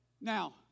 Now